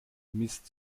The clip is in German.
mist